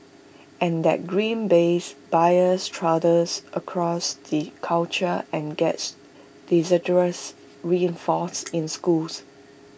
and that grim bays bias trudges across the culture and gets disastrous reinforced in schools